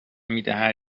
میدهد